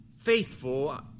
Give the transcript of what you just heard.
faithful